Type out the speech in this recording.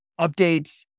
Updates